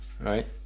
right